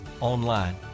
online